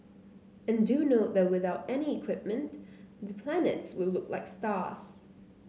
and do note that without any equipment the planets will look like stars